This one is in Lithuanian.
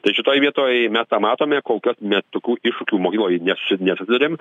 tai šitoj vietoj mes tą matome kol kas mes tokių iššūkių mokykloj nesu nesusiduriam